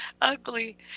ugly